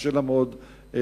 קשה לה מאוד לפעול,